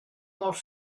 molt